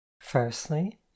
Firstly